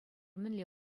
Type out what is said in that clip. мӗнле